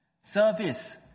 Service